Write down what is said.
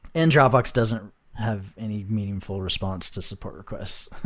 and dropbox doesn't have any meaningful response to support requests